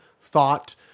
thought